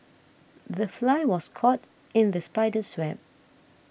the fly was caught in the spider's web